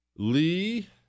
Lee